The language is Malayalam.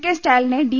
കെ സ്റ്റാലിനെ ഡി